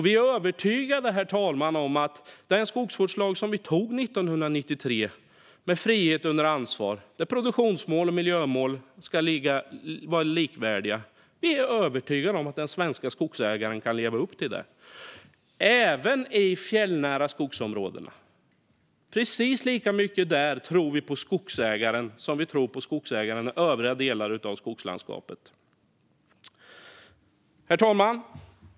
Vi är övertygade, herr talman, om att de svenska skogsägarna kan leva upp till den skogsvårdslag som vi antog 1993, med frihet under ansvar och där produktionsmål och miljömål är likvärdiga, även i fjällnära skogsområden. Vi tror lika mycket på skogsägarna där som i de övriga delarna av skogslandskapet. Herr talman!